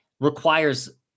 requires